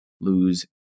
lose